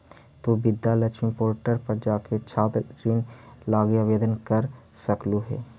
तु विद्या लक्ष्मी पोर्टल पर जाके छात्र ऋण लागी आवेदन कर सकलहुं हे